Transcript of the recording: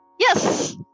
Yes